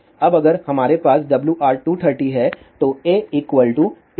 अब अगर हमारे पास WR230 है तो a 230100 23